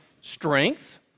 strength